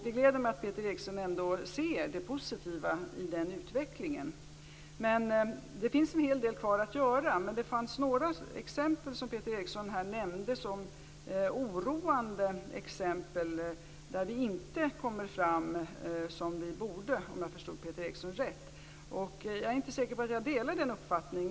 Det gläder mig att Peter Eriksson ändå ser det positiva i den utvecklingen. Men det finns en hel del kvar att göra. Det fanns några exempel som Peter Eriksson nämnde som oroande, där vi inte kommer fram som vi borde, om jag förstod Peter Eriksson rätt. Jag är inte säker på att jag delar den uppfattningen.